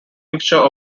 mixture